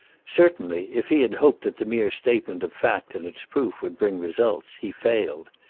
certainly, if he had hoped that the mere statement of fact and its proof would bring results, he failed.